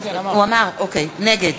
נגד